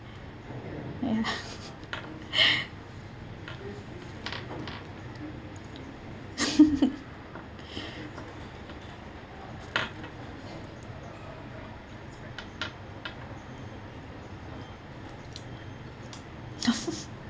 ya